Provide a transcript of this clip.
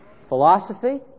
Philosophy